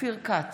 אופיר כץ,